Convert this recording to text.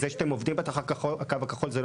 זה שאתם עובדים בתוך הקו הכחול זה לא